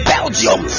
Belgium